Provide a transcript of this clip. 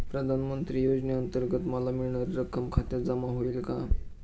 प्रधानमंत्री योजनेअंतर्गत मला मिळणारी रक्कम खात्यात जमा होईल का?